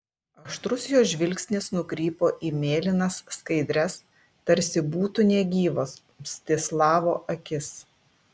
aštrus jo žvilgsnis nukrypo į mėlynas skaidrias tarsi būtų negyvos mstislavo akis